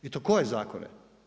I to koje zakone?